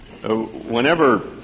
Whenever